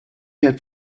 had